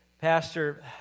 Pastor